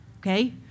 okay